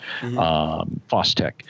FosTech